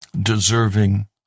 deserving